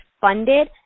funded